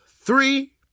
three